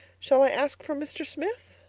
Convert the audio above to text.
shall i ask for mr. smith?